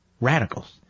Radicals